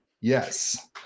yes